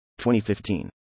2015